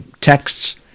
texts